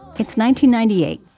it's ninety ninety eight.